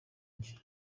njye